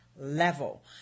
level